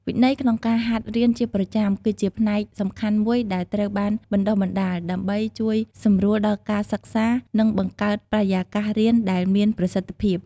វិន័យក្នុងការហាត់រៀនជាប្រចាំ គឺជាផ្នែកសំខាន់មួយដែលត្រូវបានបណ្តុះបណ្តាល ដើម្បីជួយសម្រួលដល់ការសិក្សា និងបង្កើតបរិយាកាសរៀនដែលមានប្រសិទ្ធភាព។